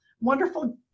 wonderful